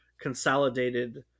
consolidated